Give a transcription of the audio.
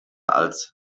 als